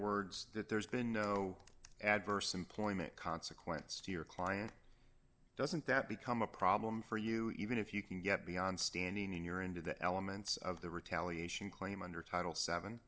words that there's been no adverse employment consequence to your client doesn't that become a problem for you even if you can get beyond standing in your into the elements of the retaliation claim under title seven